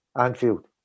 Anfield